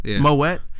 Moet